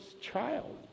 child